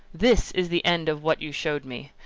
this is the end of what you showed me.